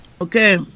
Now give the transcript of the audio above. Okay